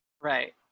Right